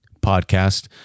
podcast